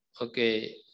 Okay